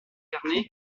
carne